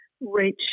reach